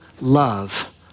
love